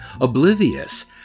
oblivious